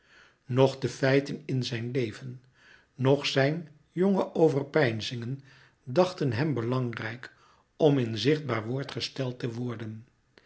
metamorfoze de feiten in zijn leven noch zijn jonge overpeinzingen dachten hem belangrijk om in zichtbaar woord gesteld te worden